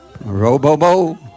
Robo-Bo